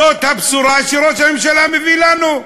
זאת הבשורה שראש הממשלה מביא לנו.